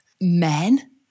men